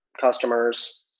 customers